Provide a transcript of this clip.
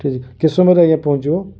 ଠିକ ଅଛି କେତେ ସମୟ ଭିତରେ ଆଜ୍ଞା ପହଞ୍ଚିବ